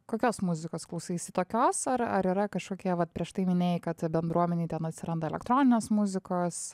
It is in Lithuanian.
kokios muzikos klausaisi tokios ar ar yra kažkokie vat prieš tai minėjai kad bendruomenei ten atsiranda elektroninės muzikos